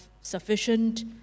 sufficient